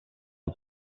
del